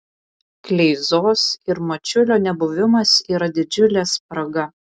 kleizos ir mačiulio nebuvimas yra didžiulė spraga